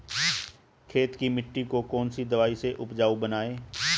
खेत की मिटी को कौन सी दवाई से उपजाऊ बनायें?